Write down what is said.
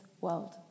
world